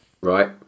Right